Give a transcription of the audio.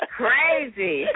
crazy